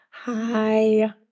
Hi